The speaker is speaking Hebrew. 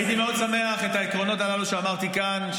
הייתי מאוד שמח את העקרונות האלה שאמרתי כאן,